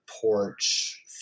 porch